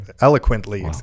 eloquently